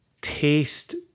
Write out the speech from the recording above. taste